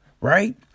Right